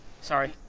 Sorry